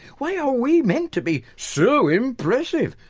why are we meant to be so impressive?